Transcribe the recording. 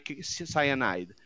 cyanide